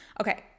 Okay